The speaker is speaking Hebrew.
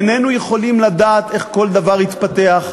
איננו יכולים לדעת איך כל דבר יתפתח.